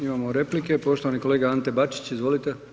Imamo replike, poštovani kolega Ante Bačić, izvolite.